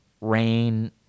rain